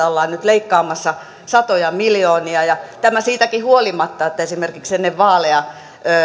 ollaan nyt leikkaamassa satoja miljoonia tämä siitäkin huolimatta että esimerkiksi ennen vaaleja